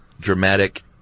dramatic